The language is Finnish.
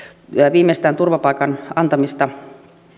viimeistään turvapaikan antamista